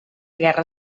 guerra